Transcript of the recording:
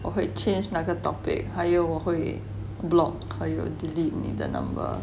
我会 change 那个 topic 还有我会 block 还有 delete 你的 number